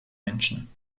menschen